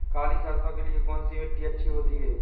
काली सरसो के लिए कौन सी मिट्टी अच्छी होती है?